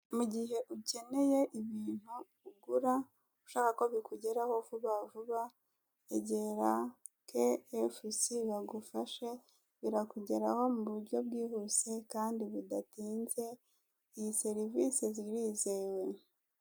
Mu gihe ukeneye ibintu ugura ushaka ko bikugeraho vuba vuba egera ke efu si bagufashe birakugeraho mu buryo bwihuse kandi bu bidatinze izi serivisi zirizewe.